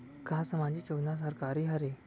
का सामाजिक योजना सरकारी हरे?